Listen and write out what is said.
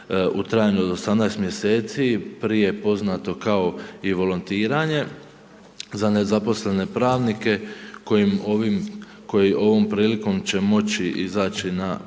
u trajanju od 18 mj., prije poznato kao i volontiranje za nezaposlene pravnike koji ovom prilikom će moći izaći na pravosudni